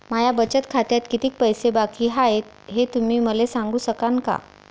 माया बचत खात्यात कितीक पैसे बाकी हाय, हे तुम्ही मले सांगू सकानं का?